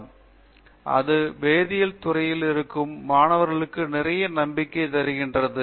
பேராசிரியர் பிரதாப் ஹரிடாஸ் சரி அது வேதியியல் துறையில் இருக்கும் மாணவர்களுக்கு நிறைய நம்பிக்கை தருகிறது